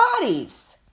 bodies